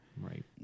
Right